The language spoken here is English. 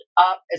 up